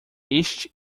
este